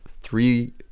three